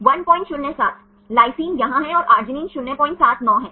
107 lysine यहाँ है और arginine 079 है